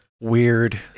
weird